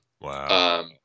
Wow